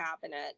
cabinet